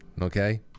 okay